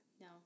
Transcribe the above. No